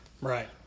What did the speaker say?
Right